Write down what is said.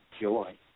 joy